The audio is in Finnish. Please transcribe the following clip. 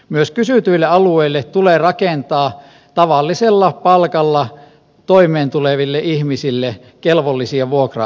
myös kysytyille alueille tulee rakentaa tavallisella palkalla toimeentuleville ihmisille kelvollisia vuokra asuntoja